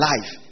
life